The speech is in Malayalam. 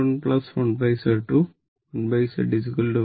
1 Z Y